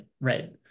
right